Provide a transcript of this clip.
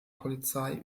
polizei